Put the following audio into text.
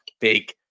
Big